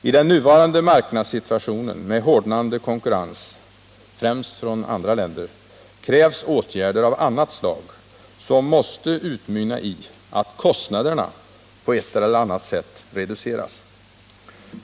I den nuvarande marknadssituationen med hårdnande konkurrens — främst från andra länder — krävs åtgärder av annat slag, som måste utmynna i att kostnaderna på ett eller annat sätt reduceras.